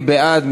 מי בעד?